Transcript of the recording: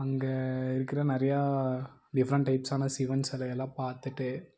அங்கே இருக்கிற நிறையா டிஃப்ரண்ட் டைப்ஸான சிவன் சிலையெல்லாம் பார்த்துட்டு